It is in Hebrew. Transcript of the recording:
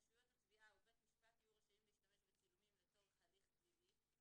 רשויות התביעה ובית משפט יהיו רשאים להשתמש בצילומים לצורך הליך פלילי.